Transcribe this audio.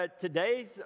Today's